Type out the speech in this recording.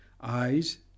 Eyes